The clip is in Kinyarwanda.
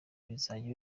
bizajya